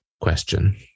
question